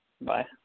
Bye